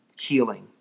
Healing